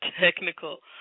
technical